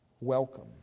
Welcome